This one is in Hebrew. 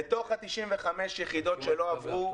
מתוך 95 היחידות שלא עברו,